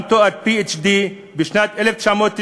וגם תואר PhD בשנת 1994,